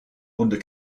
under